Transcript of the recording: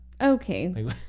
Okay